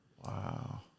Wow